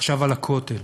הוא חשב על הכותל,